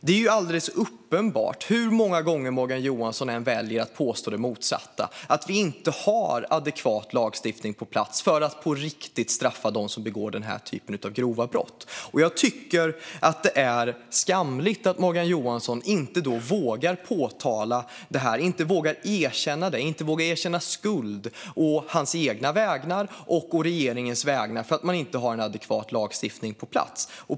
Det är alldeles uppenbart, hur många gånger Morgan Johansson än väljer att påstå det motsatta, att vi inte har en adekvat lagstiftning på plats för att på riktigt straffa dem som begår denna typ av grova brott. Jag tycker att det är skamligt att Morgan Johansson inte vågar påtala detta, att han inte vågar erkänna det, att han inte vågar erkänna skuld å hans egna vägnar och å regeringens vägnar för att det inte finns en adekvat lagstiftning på plats.